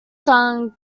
son